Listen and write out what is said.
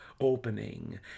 opening